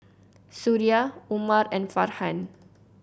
Suria Umar and Farhan